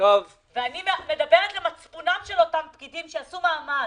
אני מדברת אל מצפונם של אותם פקידים, שיעשו מאמץ.